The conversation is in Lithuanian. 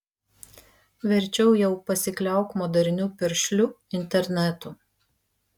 verčiau jau pasikliauk moderniu piršliu internetu